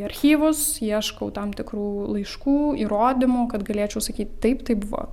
archyvus ieškau tam tikrų laiškų įrodymų kad galėčiau sakyti taip tai buvo